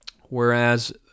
Whereas